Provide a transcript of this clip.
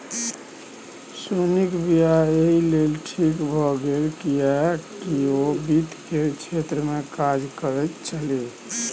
सोनीक वियाह एहि लेल ठीक भए गेल किएक ओ वित्त केर क्षेत्रमे काज करैत छलीह